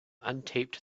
untaped